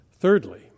Thirdly